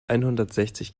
einhundertsechzig